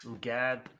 Gad